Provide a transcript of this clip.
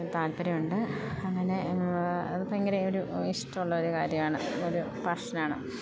താല്പര്യമുണ്ട് അങ്ങനെ അത് ഭയങ്കര ഒരു ഇഷ്ടമുള്ള ഒരു കാര്യമാണ് ഒരു ഫാഷനാണ്